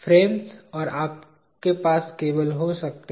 frames और आपके पास केबल हो सकते हैं